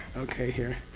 ok here.